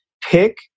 Pick